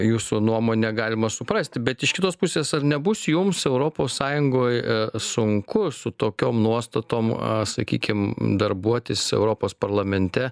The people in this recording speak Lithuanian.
jūsų nuomonę galima suprasti bet iš kitos pusės ar nebus jums europos sąjungoj sunku su tokiom nuostatom a sakykim darbuotis europos parlamente